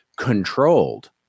controlled